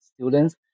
students